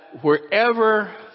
wherever